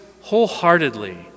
wholeheartedly